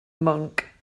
monk